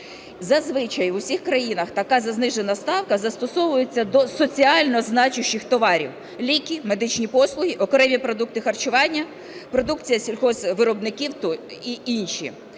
Зазвичай в усіх країнах така знижена ставка застосовується до соціально значущих товарів: ліки, медичні послуги, окремі продукти харчування, продукція сільгоспвиробників і інші.